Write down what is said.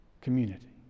community